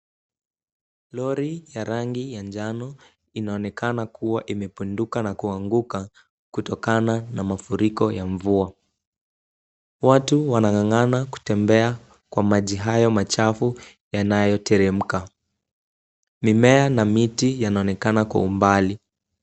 Lori ya rangi ya njano inaonekana kuwa imepinduka na kuanguka, kutokana na mafuriko ya mvua. Watu wanang'ang'ana kutembea kwa maji hayo machafu yanayoteremka. Mimea na miti yanaonekana kwa umbali.